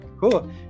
Cool